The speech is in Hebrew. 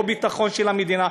לא ביטחון של המדינה,